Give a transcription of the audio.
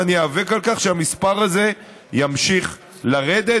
ואני איאבק על כך שהמספר הזה ימשיך לרדת.